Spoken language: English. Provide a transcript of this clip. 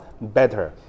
better